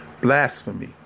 Blasphemy